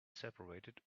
separated